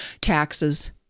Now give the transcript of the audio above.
taxes